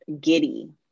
giddy